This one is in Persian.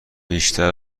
بیشتر